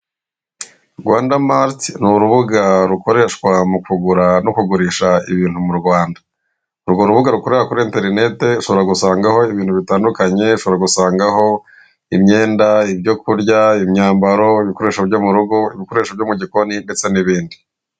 Rwanda mariti ni urubuga rukoreshwa mu kugura no kugurisha ibintu mu Rwanda. Urwo rubuga rukorera kuri interinete ushobora gusangaho ibintu bitandukanye, ushobora gusangaho imyenda, ibyo kurya imyambaro, ibikoresho byo mu rugo, ibikoresho byo mu gikoni ndetse n'ibindi.